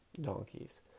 donkeys